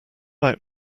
out